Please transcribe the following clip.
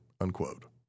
unquote